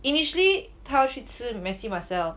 initially 他要去吃 Merci Marcel